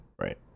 right